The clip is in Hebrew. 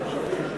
תכף.